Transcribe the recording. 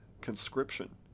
conscription